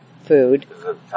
food